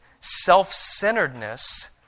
self-centeredness